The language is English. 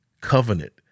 covenant